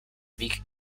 big